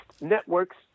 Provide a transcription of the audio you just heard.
networks